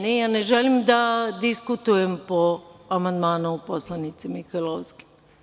Ne, ja ne želim da diskutujem po amandmanu poslanice Mihajlovski.